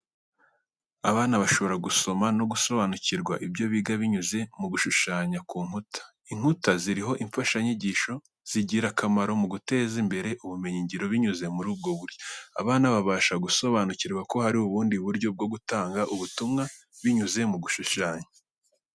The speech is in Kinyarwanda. Abana bashobora gusoma no gusobanukirwa ibyo biga binyuze mu gushushanya ku nkuta. Inkuta ziriho imfashanyigisho, zigira akamaro mu guteza imbere ubumenyingiro, binyuze muri ubu buryo abana babasha gusobanukirwa ko hari ubundi buryo bwo gutanga ubutumwa binyuze mu gushushanya.